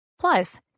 Plus